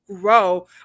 grow